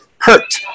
hurt